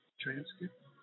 transcript